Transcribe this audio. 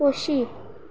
खोशी